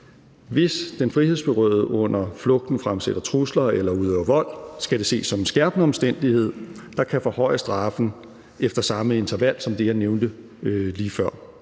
Hvis den frihedsberøvede under flugten fremsætter trusler eller udøver vold, skal det ses som en skærpende omstændighed, der kan forhøje straffen efter samme interval som det, jeg nævnte lige før.